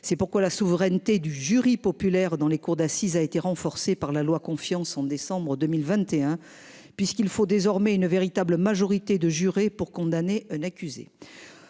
C'est pourquoi la souveraineté du jury populaire dans les cours d'assises a été renforcée par la loi confiance en décembre 2021, puisqu'il faut désormais une véritable majorité de jurés pour condamner un accusé.